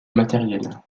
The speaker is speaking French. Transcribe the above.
matériels